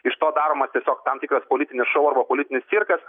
iš to daromas tiesiog tam tikras politinis šou arba politinis cirkas